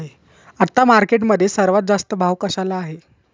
आता मार्केटमध्ये सर्वात जास्त कशाला भाव आहे?